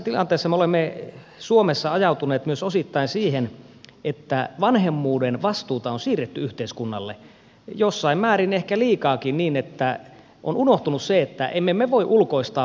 tässä tilanteessa me olemme suomessa ajautuneet myös osittain siihen että vanhemmuuden vastuuta on siirretty yhteiskunnalle jossain määrin ehkä liikaakin niin että on unohtunut se että emme me voi ulkoistaa vanhemmuutta kellekään